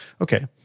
Okay